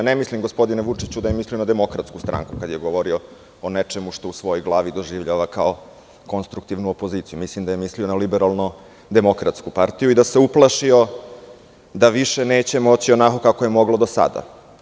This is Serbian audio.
Ne mislim, gospodine Vučiću, da je mislio na DS kada je govorio o nečemu što u svojoj glavi doživljava kao konstruktivnu opoziciju, mislim da je mislio na LDP i da se uplašio da više neće moći onako kako je moglo do sada.